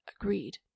agreed